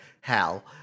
Hal